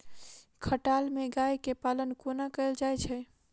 खटाल मे गाय केँ पालन कोना कैल जाय छै?